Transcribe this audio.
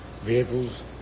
vehicles